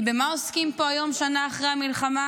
כי במה עוסקים פה היום, שנה אחרי המלחמה?